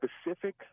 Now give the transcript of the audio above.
specific